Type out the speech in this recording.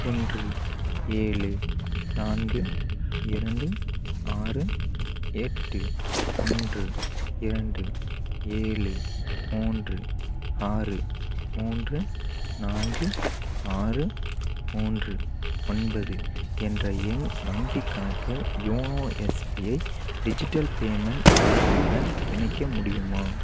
ஒன்று ஏழு நான்கு இரண்டு ஆறு எட்டு ஒன்று இரண்டு ஏழு மூன்று ஆறு மூன்று நான்கு ஆறு மூன்று ஒன்பது என்ற என் வங்கிக் கணக்கை யோனோ எஸ்பிஐ டிஜிட்டல் பேமெண்ட் செயலியுடன் இணைக்க முடியுமா